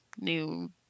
new